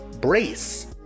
Brace